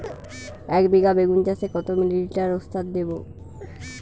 একবিঘা বেগুন চাষে কত মিলি লিটার ওস্তাদ দেবো?